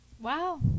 Wow